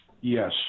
Yes